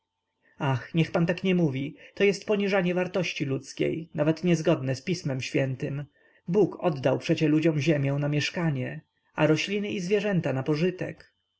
ach niech pan tak nie mówi to jest poniżanie wartości ludzkiej nawet niezgodne z pismem świętem bóg oddał przecie ludziom ziemię na mieszkanie a rośliny i zwierzęta na pożytek